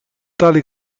tali